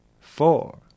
four